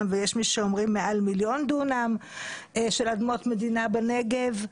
ויש מי שאומרים מעל מיליון דונם של אדמות מדינה בנגב.